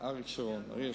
אריאל שרון.